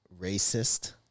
Racist